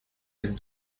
his